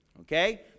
Okay